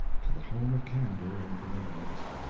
to the home of candor and benevolence.